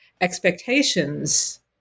expectations